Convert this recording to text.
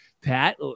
Pat